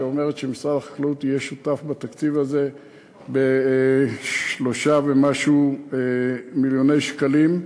שאומרת שמשרד החקלאות יהיה שותף בתקציב הזה ב-3 ומשהו מיליון שקלים,